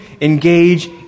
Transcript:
engage